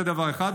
זה דבר אחד.